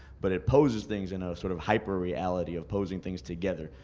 but it poses things in a sort of hyper reality of posing things together,